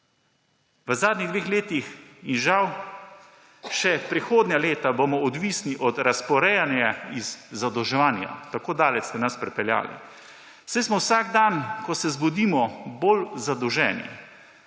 V zadnjih dveh letih, in žal še prihodnja leta, bomo odvisni od razporejanja iz zadolževanja, tako daleč ste nas pripeljali. Saj smo vsak dan, ko se zbudimo, bolj zadolženi.